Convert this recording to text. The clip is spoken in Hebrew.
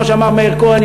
כמו שאמר מאיר כהן,